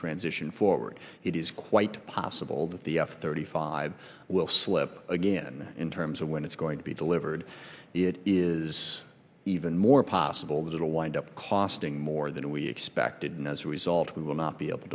transition forward it is quite possible that the f thirty five will slip again in terms of when it's going to be delivered it is even more possible that it will wind up costing more than we expected and as a result we will not be able